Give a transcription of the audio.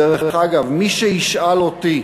דרך אגב, מי שישאל אותי